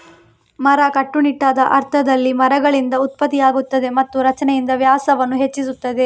ಮರ, ಕಟ್ಟುನಿಟ್ಟಾದ ಅರ್ಥದಲ್ಲಿ, ಮರಗಳಿಂದ ಉತ್ಪತ್ತಿಯಾಗುತ್ತದೆ ಮತ್ತು ರಚನೆಯಿಂದ ವ್ಯಾಸವನ್ನು ಹೆಚ್ಚಿಸುತ್ತದೆ